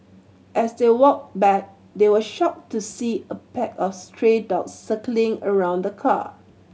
as they walked back they were shocked to see a pack of stray dogs circling around the car